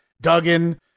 Duggan